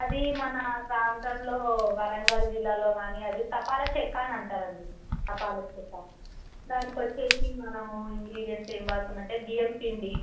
అది మన ప్రాంతంలో వరంగల్ జిల్లాలో కానీ అది తపాలా చెక్క అని అంటారు అండి తపాలా చెక్క దానికి వచ్చేసి మనము ఇంగ్రీడియంట్స్ ఏం వాడతాము అంటే బియ్యం పిండి